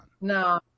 No